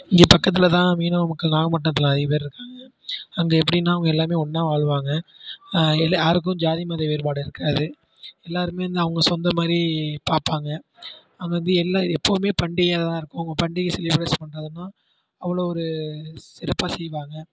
இங்கே பக்கத்தில்தான் மீனவ மக்கள் நாகபட்டினத்துல அதிக பேர் இருக்காங்க அங்கே எப்படின்னா அவங்க எல்லாமே ஒன்றா வாழ்வாங்க யாருக்கும் ஜாதி மத வேறுபாடு இருக்காது எல்லாேருமே அவங்க சொந்தம் மாதிரி பார்ப்பாங்க அங்கே வந்து எல்லாம் எப்பவுமே பண்டிகையாகதான் இருக்கும் பண்டிகை செலிப்ரேஸன் பண்ணிணா அவ்வளோ ஒரு சிறப்பாக செய்வாங்க